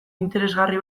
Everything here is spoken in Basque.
interesgarri